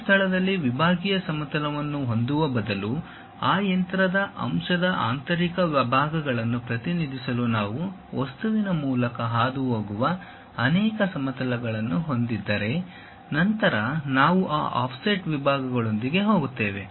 ಒಂದು ಸ್ಥಳದಲ್ಲಿ ವಿಭಾಗೀಯ ಸಮತಲವನ್ನು ಹೊಂದುವ ಬದಲು ಆ ಯಂತ್ರದ ಅಂಶದ ಆಂತರಿಕ ಭಾಗಗಳನ್ನು ಪ್ರತಿನಿಧಿಸಲು ನಾವು ವಸ್ತುವಿನ ಮೂಲಕ ಹಾದುಹೋಗುವ ಅನೇಕ ಸಮತಲಗಳನ್ನು ಹೊಂದಿದ್ದರೆ ನಂತರ ನಾವು ಈ ಆಫ್ಸೆಟ್ ವಿಭಾಗದೊಂದಿಗೆ ಹೋಗುತ್ತೇವೆ